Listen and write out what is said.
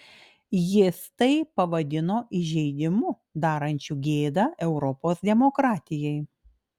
jis tai pavadino įžeidimu darančiu gėdą europos demokratijai